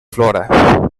flora